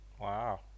wow